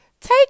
take